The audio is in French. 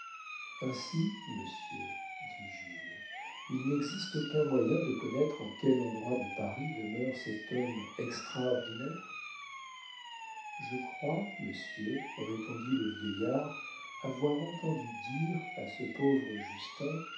ainsi monsieur dit jules il n'existe aucun moyen de connaître en quel endroit de paris demeure cet homme extraordinaire je crois monsieur répondit le vieillard avoir entendu dire à ce pauvre justin